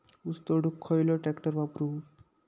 ऊस तोडुक खयलो ट्रॅक्टर वापरू?